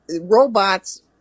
robots